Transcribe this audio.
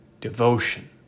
devotion